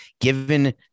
given